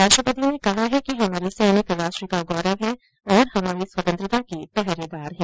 राष्ट्रपति ने कहा है कि हमारे सैनिक राष्ट्र का गौरव हैं और हमारी स्वतंत्रता के पहरेदार हैं